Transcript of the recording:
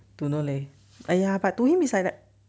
don't know leh !aiya! but to him is like that